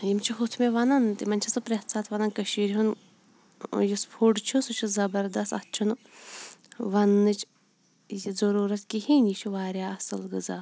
یِم چھِ ہُتھ مےٚ وَنان تِمَن چھَس بہٕ پرٛٮ۪تھ ساتہٕ وَنان کٔشیٖر ہُنٛد یُس فُڈ چھُ سُہ چھُ زَبَردَس اَتھ چھُنہٕ وَننٕچ ضروٗرَت کِہِیٖنۍ یہِ چھُ واریاہ اَصل غذا